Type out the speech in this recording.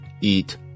eat